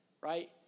right